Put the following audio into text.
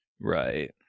Right